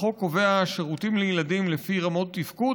החוק קובע שירותים לילדים לפי רמות תפקוד,